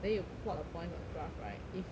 then you plot the points on the graph right if